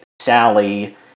Sally